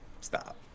stop